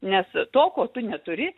nes to ko tu neturi